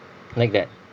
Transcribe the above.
like that